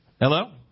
hello